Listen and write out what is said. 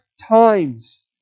times